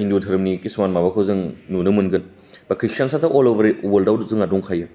हिन्दु धोरोमनि खिसुमान माबाखौ जों नुनो मोनगोन बा ख्रिस्टियानफ्राथ' अल अभार अवाल्डाआव जोंहा दंखायो